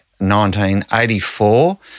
1984